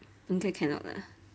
应该 cannot lah